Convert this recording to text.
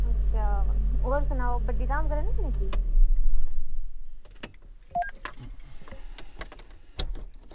होर सनाओ बड्डी भैन आवा दी नी